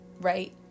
right